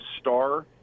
star